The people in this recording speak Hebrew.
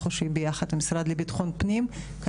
ומהמשרד לביטחון פנים אנחנו חושבים ביחד.